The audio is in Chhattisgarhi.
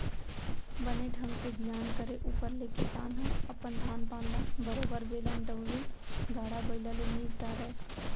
बने ढंग के बियान करे ऊपर ले किसान ह अपन धान पान ल बरोबर बेलन दउंरी, गाड़ा बइला ले मिस डारय